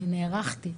אני נערכתי,